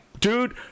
dude